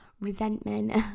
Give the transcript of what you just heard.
resentment